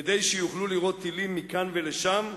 כדי שיוכלו לירות טילים מכאן ולשם?